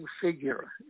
figure